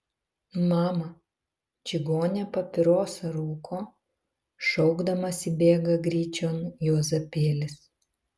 mama čigonė papirosą rūko šaukdamas įbėga gryčion juozapėlis